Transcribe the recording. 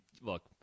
look